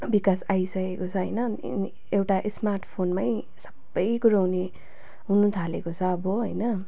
विकास आइसकेको छ होइन एउटा स्मार्ट फोनमै सबै कुरो हुने हुनथालेको छ अब होइन